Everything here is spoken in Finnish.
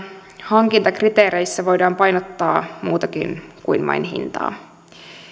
hankintakriteereissä voidaan painottaa muutakin kuin vain hintaa